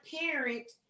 parent